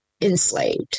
enslaved